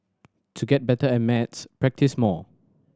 to get better at maths practise more